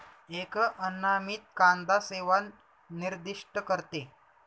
एक अनामित कांदा सेवा निर्दिष्ट करते